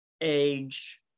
age